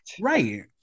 right